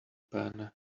pen